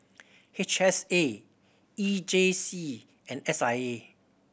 H S A E J C and S I A